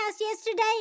yesterday